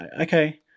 okay